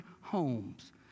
homes